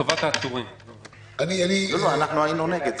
אנחנו היינו נגד.